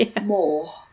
more